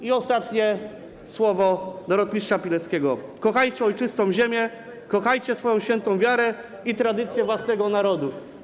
I ostatnie słowo rotmistrza Pileckiego: „Kochajcie ojczystą ziemię, kochajcie swoją świętą wiarę i tradycję własnego narodu”